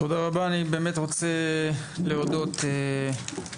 תודה רבה אני באמת רוצה להודות ודמני,